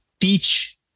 teach